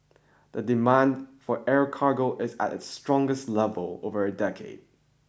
the demand for air cargo is at its strongest level over a decade